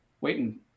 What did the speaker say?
waiting